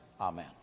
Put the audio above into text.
amen